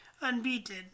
unbeaten